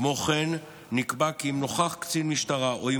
כמו כן נקבע כי אם נוכח קצין משטרה או אם